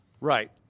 Right